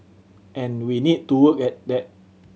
and we need to work at that